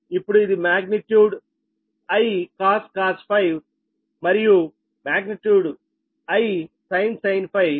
ఇప్పుడు ఇది magnitude |I|cos ∅ మరియు మాగ్నిట్యూడ్ |I|sin ∅